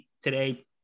today